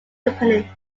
company